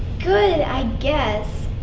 good i guess.